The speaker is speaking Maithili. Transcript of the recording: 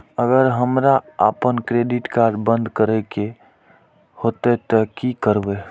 अगर हमरा आपन क्रेडिट कार्ड बंद करै के हेतै त की करबै?